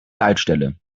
leitstelle